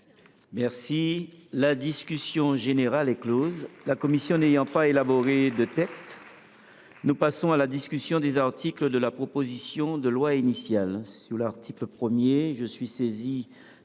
La discussion générale est close. La commission n’ayant pas élaboré de texte, nous passons à la discussion des articles de la proposition de loi initiale.